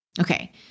Okay